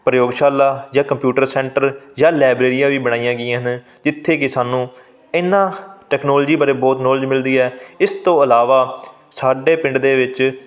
ਪ੍ਰਯੋਗਸ਼ਾਲਾ ਜਾਂ computer centre ਜਾਂ ਲਾਇਬ੍ਰੇਰੀਆਂ ਵੀ ਬਣਾਈਆਂ ਗਈਆਂ ਹਨ ਜਿੱਥੇ ਕਿ ਸਾਨੂੰ ਇਹਨਾਂ ਤਕਨੋਲਜੀ ਬਾਰੇ ਬਹੁਤ ਨੋਲੇਜ ਮਿਲਦੀ ਹੈ ਇਸ ਤੋਂ ਇਲਾਵਾ ਸਾਡੇ ਪਿੰਡ ਦੇ ਵਿੱਚ